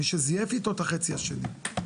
מי שזייף איתו את החצי השני?